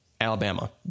Alabama